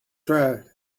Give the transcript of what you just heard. tried